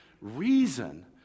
reason